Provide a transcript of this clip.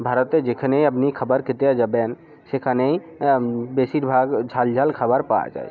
ভারতে যেখানেই আপনি খাবার খেতে যাবেন সেখানেই বেশিরভাগ ঝালঝাল খাবার পাওয়া যায়